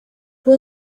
fue